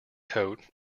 coat